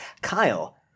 kyle